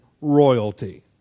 royalty